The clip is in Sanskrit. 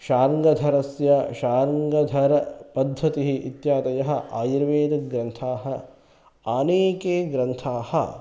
शार्ङ्गधरस्य शार्ङ्गधरपद्धतिः इत्यादयः आयुर्वेदग्रन्थाः अनेके ग्रन्थाः